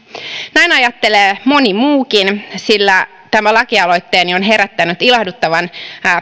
näin ajattelee moni muukin sillä tämä lakialoitteeni on herättänyt ilahduttavan